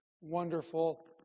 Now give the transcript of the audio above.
wonderful